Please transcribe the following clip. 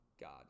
God